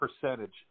percentage